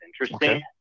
interesting